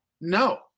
no